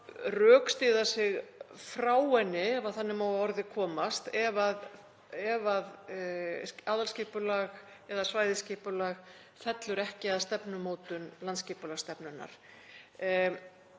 rökstyðja sig frá henni, ef þannig má að orði komast, ef aðalskipulag eða svæðisskipulag fellur ekki að stefnumótun landsskipulagsstefnunnar.